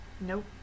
nope